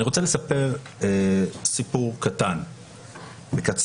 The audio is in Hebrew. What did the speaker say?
אני רוצה לספר סיפור קטן וקצר.